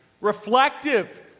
reflective